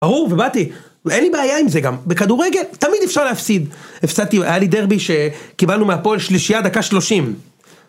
ברור, ובאתי, אין לי בעיה עם זה גם, בכדורגל תמיד אפשר להפסיד. הפסדתי, היה לי דרבי שקיבלנו מהפועל שלישייה דקה שלושים.